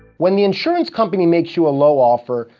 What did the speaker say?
when the insurance company makes you a low offer,